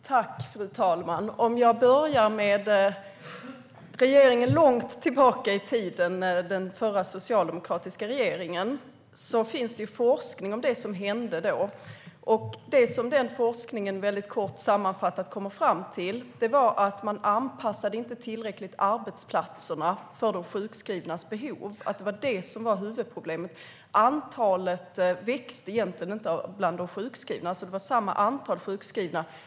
Fru talman! Jag börjar med att gå långt tillbaka i tiden med den förra socialdemokratiska regeringen. Det finns forskning om det som hände då. Det som forskningen kort sammanfattat kom fram till var att huvudproblemet var att man inte anpassade arbetsplatserna tillräckligt till de sjukskrivnas behov. Antalet sjukskrivna växte egentligen inte; det var samma antal sjukskrivna.